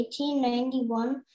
1891